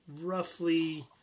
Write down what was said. roughly